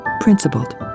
principled